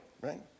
right